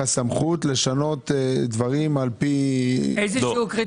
סמכות לשנות דברים על פי -- איזה סוג קריטריון?